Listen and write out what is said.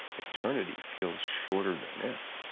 eternity feels shorter than this.